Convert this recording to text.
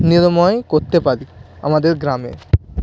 নিরাময় করতে পারি আমাদের গ্রামে